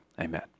Amen